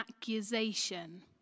accusation